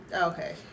Okay